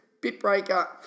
Bitbreaker